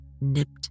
nipped